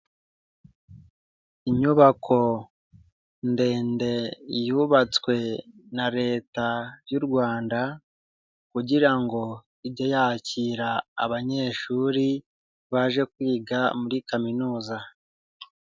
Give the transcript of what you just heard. Inyubako ndende yubatswe na Leta y'u Rwanda, kugira ngo ige yakira abanyeshuri baje kwiga muri kaminuza.